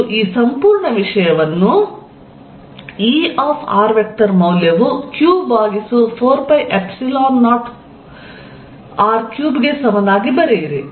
ಮತ್ತು ಈ ಸಂಪೂರ್ಣ ವಿಷಯವನ್ನು Er ಮೌಲ್ಯವು q ಭಾಗಿಸು 4π0r3 ಗೆ ಸಮನಾಗಿ ಬರೆಯಿರಿ